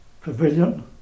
pavilion